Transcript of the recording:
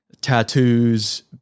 tattoos